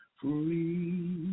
free